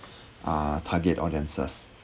uh target audiences